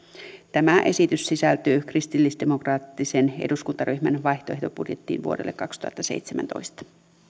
tämä esitys sisältyy kristillisdemokraattisen eduskuntaryhmän vaihtoehtobudjettiin vuodelle kaksituhattaseitsemäntoista